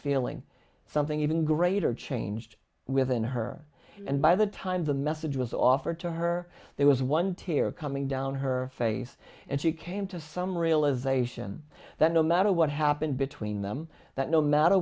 feeling something even greater changed within her and by the time the message was offered to her there was one tear coming down her face and she came to some realisation that no matter what happened between them that no matter